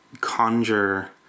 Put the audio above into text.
conjure